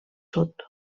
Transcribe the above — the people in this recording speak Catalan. sud